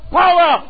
power